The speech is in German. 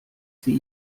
sie